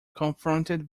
confronted